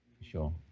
Sure